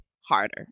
harder